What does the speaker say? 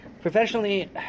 Professionally